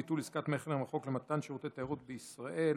ביטול עסקת מכר מרחוק למתן שירותי תיירות בישראל,